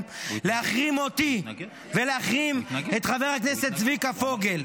להחרים אותי ולהחרים את חבר הכנסת צביקה פוגל.